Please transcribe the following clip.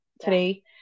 today